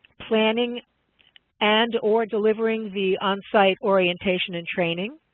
planning and or delivering the onsite orientation and training,